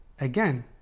again